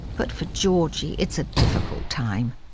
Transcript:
but for georgie, it's a difficult time.